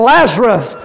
Lazarus